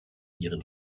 ihren